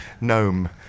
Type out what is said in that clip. gnome